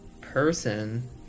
person